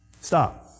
Stop